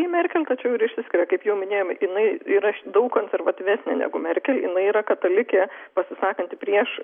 į merkel tačiau ir išsiskiria kaip jau minėjome jinai yra daug konservatyvesnė negu merkel jinai yra katalikė pasisakanti prieš